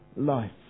life